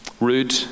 Rude